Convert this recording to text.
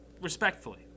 Respectfully